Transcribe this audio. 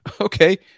Okay